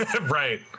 Right